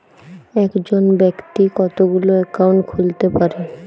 একজন ব্যাক্তি কতগুলো অ্যাকাউন্ট খুলতে পারে?